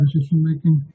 decision-making